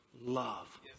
love